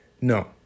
No